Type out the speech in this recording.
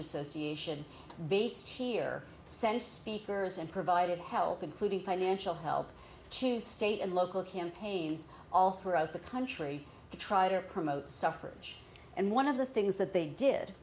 association based here sent speakers and provided help including financial help to state and local campaigns all throughout the country to try to promote suffrage and one of the things that they did